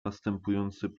następujący